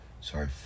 sorry